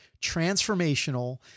transformational